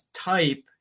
type